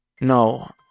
No